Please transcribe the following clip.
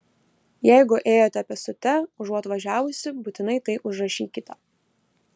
jeigu ėjote pėstute užuot važiavusi būtinai tai užrašykite